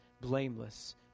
blameless